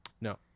No